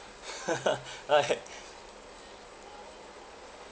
right